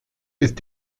ist